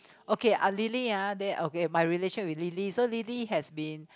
okay Lily ah they okay my relation with Lily so Lily has been